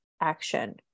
action